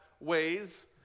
ways